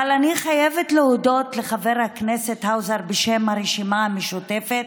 אבל אני חייבת להודות לחבר הכנסת האוזר בשם הרשימה המשותפת,